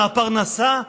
מהפרנסה,